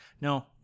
No